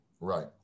Right